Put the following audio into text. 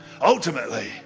ultimately